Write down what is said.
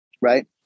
right